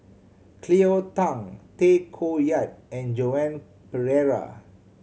Cleo Thang Tay Koh Yat and Joan Pereira